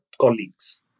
colleagues